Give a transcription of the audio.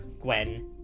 Gwen